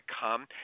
come